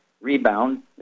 Rebound